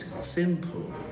simple